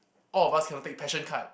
all of us cannot take passion card